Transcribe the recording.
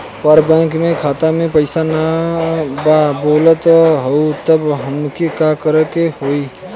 पर बैंक मे खाता मे पयीसा ना बा बोलत हउँव तब हमके का करे के होहीं?